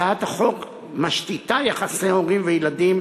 הצעת החוק משתיתה יחסי הורים וילדים